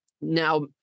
now